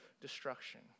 destruction